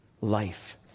life